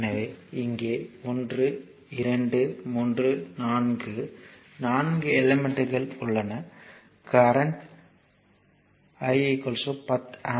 எனவே இங்கே 1 2 3 4 4 எலிமெண்ட்கள் உள்ளன கரண்ட் 10 ஆம்பியர் ஆகும்